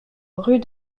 rue